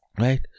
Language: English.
right